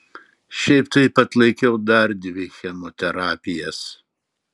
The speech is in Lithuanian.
šiaip taip atlaikiau dar dvi chemoterapijas